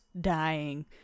dying